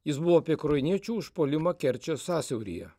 jis buvo apie ukrainiečių užpuolimą kerčės sąsiauryje